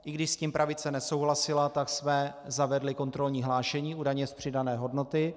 I když s tím pravice nesouhlasila, tak jsme zavedli kontrolní hlášení u daně z přidané hodnoty.